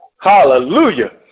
hallelujah